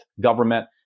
government